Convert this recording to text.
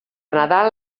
nadal